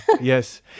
Yes